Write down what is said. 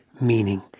meaning